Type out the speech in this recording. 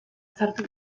txarto